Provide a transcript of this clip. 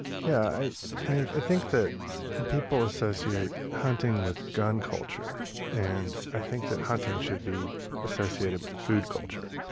yeah i i think that people associate hunting with gun culture and i think that hunting should be associated with food culture.